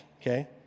okay